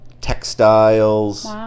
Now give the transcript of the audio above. textiles